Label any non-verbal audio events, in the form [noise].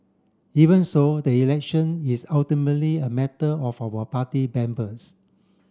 even so the election is ultimately a matter of our party [unintelligible]